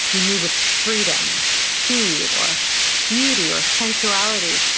you move with freedom, speed, or beauty, or sensuality,